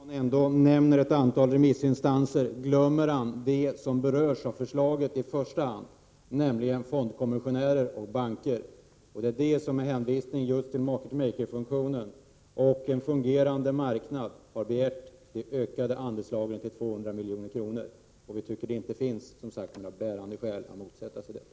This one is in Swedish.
Fru talman! När Åke Wictorsson nämner ett antal remissinstanser glömmer han dem som berörs av förslaget i första hand, nämligen fondkommissionärer och banker. Det är de som med hänvisning till just market maker-funktionen och en fungerande marknad har begärt att få öka handelslagren till 200 milj.kr. Vi tycker som sagt inte att det finns några bärande skäl att motsätta sig detta.